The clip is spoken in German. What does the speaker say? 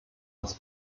das